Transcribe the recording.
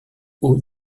haut